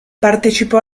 partecipò